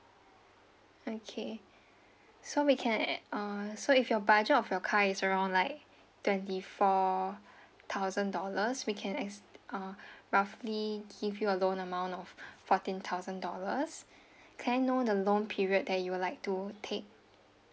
okay so we can add uh so if your budget of your car is around like twenty four thousand dollars we can ex~ uh roughly give you a loan amount of fourteen thousand dollars can I know the loan period that you would like to take